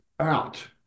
out